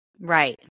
Right